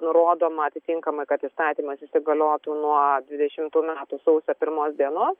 nurodoma atitinkama kad įstatymas įsigaliotų nuo dvidešimtų metų sausio pirmos dienos